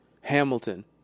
Hamilton